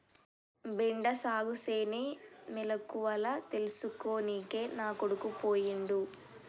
బెండ సాగుసేనే మెలకువల తెల్సుకోనికే నా కొడుకు పోయిండు